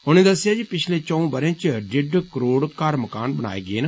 उनें दस्सेआ जे पिछले चौं बरे च डिड्ड करोड घर मकान बनाए गे न